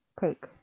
take